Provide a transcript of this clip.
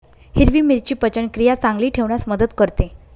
हिरवी मिरची पचनक्रिया चांगली ठेवण्यास मदत करते